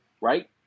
right